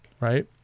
right